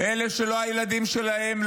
אלה שלא הילדים שלהם,